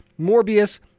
Morbius